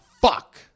fuck